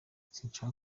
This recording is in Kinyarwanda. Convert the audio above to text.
sinshaka